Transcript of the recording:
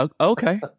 Okay